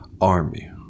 army